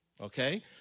Okay